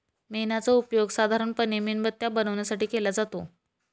मेणाचा उपयोग साधारणपणे मेणबत्त्या बनवण्यासाठी केला जातो